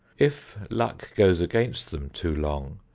if luck goes against them too long,